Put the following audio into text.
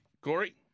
Corey